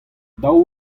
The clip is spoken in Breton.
daou